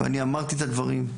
ואני אמרתי את הדברים.